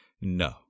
No